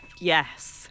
Yes